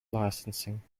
licensing